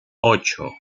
ocho